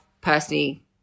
personally